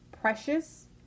precious